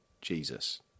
Jesus